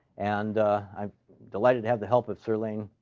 and i'm delighted to have the help of cerlane